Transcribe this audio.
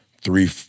three